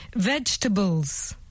Vegetables